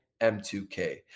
M2K